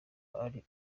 ari